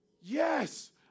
Yes